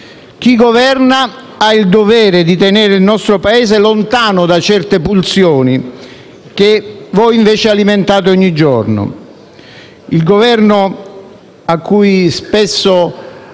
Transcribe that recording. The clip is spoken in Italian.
Chi governa ha il dovere di tenere il nostro Paese lontano da certe pulsioni, che voi invece alimentate ogni giorno. Il Governo, a cui spesso